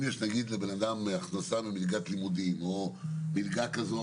אם לבן אדם יש למשל הכנסה ממלגת לימודים או מלגה כזו או